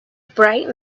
bright